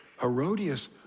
Herodias